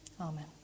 Amen